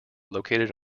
located